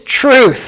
truth